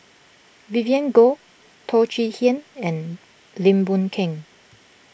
Vivien Goh Teo Chee Hean and Lim Boon Keng